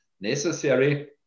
necessary